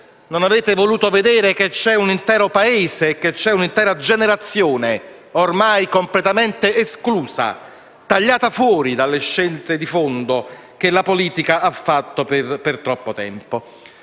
non avete voluto vedere che c'è un intero Paese, c'è un'intera generazione ormai completamente esclusa, tagliata fuori dalle scelte di fondo che la politica ha fatto per troppo tempo.